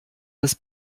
des